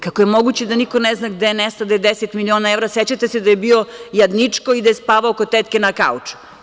Kako je moguće da niko ne zna gde nestade 10 miliona evra, sećate se da je bio jadničko i da je spavao kod tetke na kauču.